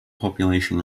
population